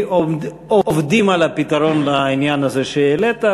עובדים על הפתרון בעניין הזה שהעלית,